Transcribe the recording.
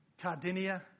Cardinia